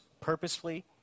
purposefully